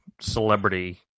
celebrity